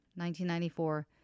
1994